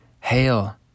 hail